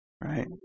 Right